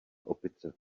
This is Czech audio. opice